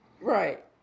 Right